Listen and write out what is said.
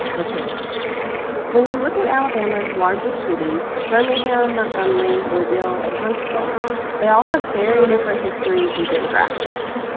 let's hear it when you look at alabama's largest cities birmingham, montgomery, mobile and huntsville they all have very different histories and demographics.